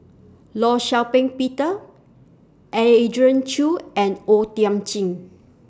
law Shau Ping Peter Andrew Chew and O Thiam Chin